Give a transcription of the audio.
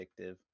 addictive